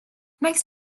nice